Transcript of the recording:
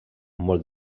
molt